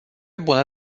bună